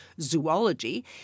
zoology